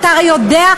אתה הרי יודע.